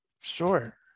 Sure